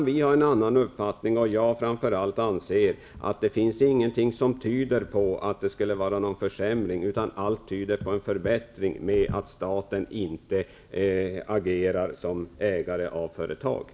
Vi har en annan uppfattning, och jag anser framför allt att ingenting tyder på att det innebär någon försämring om staten inte agerar som ägare av företag, utan allt tyder på att det skulle vara en förbättring.